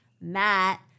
Matt